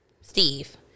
Steve